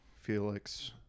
Felix